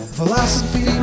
Philosophy